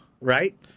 Right